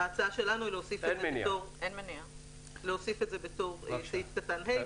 ההצעה שלנו היא להוסיף את זה בתור סעיף קטן (ה),